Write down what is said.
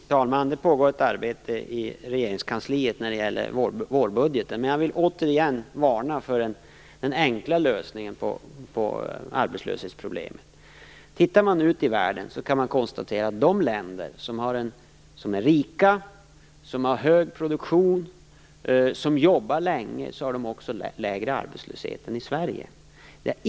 Fru talman! Det pågår ett arbete i Regeringskansliet med vårbudgeten. Men jag vill återigen varna för den enkla lösningen på arbetslöshetsproblemet. Tittar man ut i världen kan man konstatera att de länder som är rika och som har hög produktion och där man jobbar länge också har lägre arbetslöshet än Sverige.